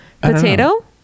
potato